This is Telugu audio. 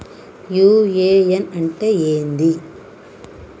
యు.ఎ.ఎన్ అంటే ఏంది?